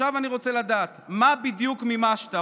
עכשיו אני רוצה לדעת: מה בדיוק מימשת,